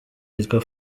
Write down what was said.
yitwa